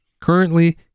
Currently